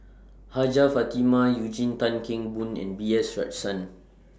Hajjah Fatimah Eugene Tan Kheng Boon and B S